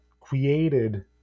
created